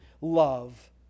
love